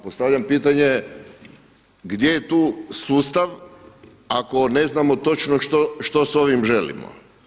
Postavljam pitanje gdje je tu sustav ako ne znamo točno što sa ovim želimo.